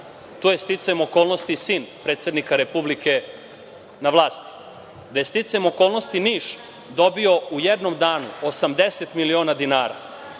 Tu je sticajem okolnosti sin predsednika Republike na vlasti. Da je sticajem okolnosti Niš dobio u jednom danu 80 miliona dinara.